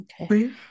okay